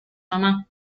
mamá